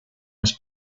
his